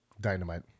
Dynamite